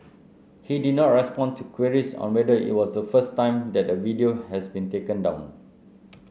he did not respond to queries on whether it was the first time that a video has been taken down